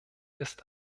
ist